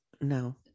No